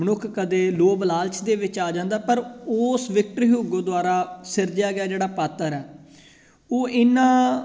ਮਨੁੱਖ ਕਦੇ ਲੋਭ ਲਾਲਚ ਦੇ ਵਿੱਚ ਆ ਜਾਂਦਾ ਪਰ ਓਸ ਵਿਕਟਰੀ ਸਿਰਜਿਆ ਗਿਆ ਜਿਹੜਾ ਪਾਤਰ ਹੈ ਉਹ ਇਹਨਾਂ